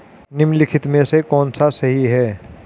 निम्नलिखित में से कौन सा सही है?